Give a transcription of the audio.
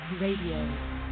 Radio